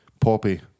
poppy